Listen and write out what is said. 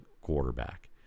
quarterback